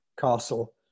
Castle